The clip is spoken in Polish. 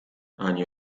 ani